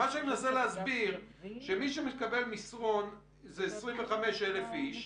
מה שאני מנסה להסביר שמי שמקבל מסרון זה 25 אלף איש,